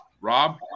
Rob